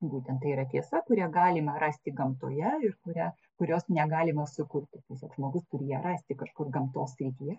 būtent tai yra tiesa kurią galima rasti gamtoje ir kurią kurios negalima sukurti tiesiog žmogus turi ją rasti kažkur gamtos srityje